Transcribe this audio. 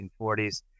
1940s